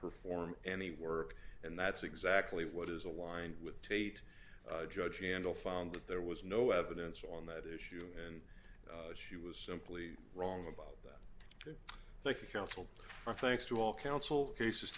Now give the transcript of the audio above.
perform any work and that's exactly what is aligned with tate judge handle found that there was no evidence on that issue and she was simply wrong about that thank you counsel thanks to all counsel cases